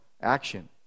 action